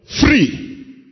Free